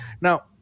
Now